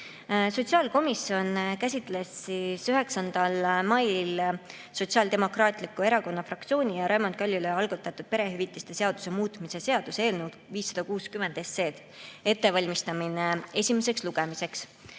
Sotsiaalkomisjon käsitles 9. mail Sotsiaaldemokraatliku Erakonna fraktsiooni ja Raimond Kaljulaiu algatatud perehüvitiste seaduse muutmise seaduse eelnõu 560, see oli ettevalmistamine esimeseks lugemiseks.